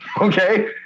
okay